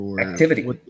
Activity